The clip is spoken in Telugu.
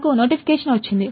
నాకు నోటిఫికేషన్ వచ్చినది